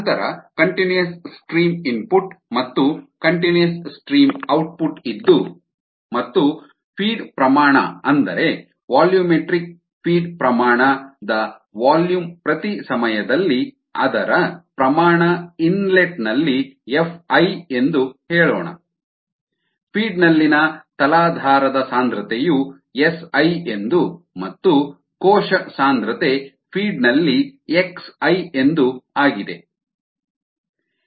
ನಂತರ continuous stream input ಮತ್ತು continuous stream output ಇದ್ದು ಮತ್ತು ಫೀಡ್ ಪ್ರಮಾಣ ಅಂದರೆ ವಾಲ್ಯೂಮೆಟ್ರಿಕ್ ಫೀಡ್ ಪ್ರಮಾಣ ನ ವಾಲ್ಯೂಮ್ ಪ್ರತಿ ಸಮಯದಲ್ಲಿ ಅದರ ಪ್ರಮಾಣ ಇನ್ಲೆಟ್ನಲ್ಲಿ ಎಫ್ ಐ ಎಂದು ಹೇಳೋಣ ಫೀಡ್ನಲ್ಲಿನ ತಲಾಧಾರದ ಸಾಂದ್ರತೆಯು ಎಸ್ ಐ ಎಂದು ಮತ್ತು ಕೋಶ ಸಾಂದ್ರತೆ ಫೀಡ್ನಲ್ಲಿ ಎಕ್ಸ್ ಐ ಎಂದು ಆಗಿದೆ